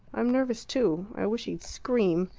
i'm nervous too. i wish he'd scream.